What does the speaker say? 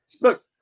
look